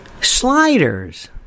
Sliders